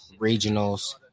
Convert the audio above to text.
regionals